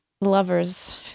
lovers